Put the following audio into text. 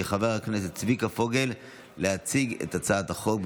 חבר הכנסת צביקה פוגל להציג את הצעת החוק.